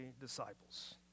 disciples